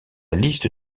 liste